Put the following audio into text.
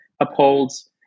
upholds